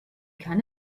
kann